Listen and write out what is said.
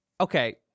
okay